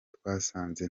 twasanze